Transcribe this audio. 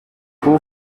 coup